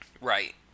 Right